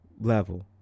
level